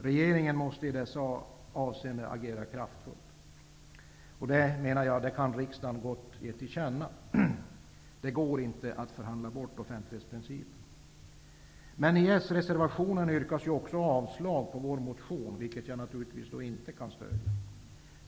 Regeringen måste i dessa avseenden agera kraftfullt. Det kan riksdagen gott ge till känna. Det går inte att förhandla bort offentlighetsprincipen. I socialdemokraternas reservation yrkas avslag på vår motion, vilket jag naturligtvis inte kan stödja.